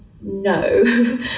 no